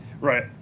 Right